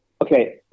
Okay